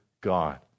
God